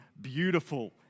beautiful